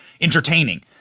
entertaining